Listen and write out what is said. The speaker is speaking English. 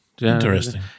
Interesting